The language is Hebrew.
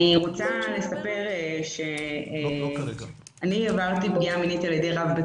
אני רוצה לספר שאני עברתי פגיעה מינית על ידי רב בית